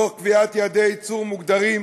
תוך קביעת יעדי ייצור מוגדרים,